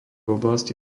oblasti